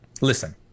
listen